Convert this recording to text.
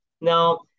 Now